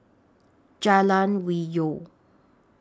Jalan Hwi Yoh